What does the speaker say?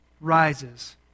rises